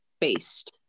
based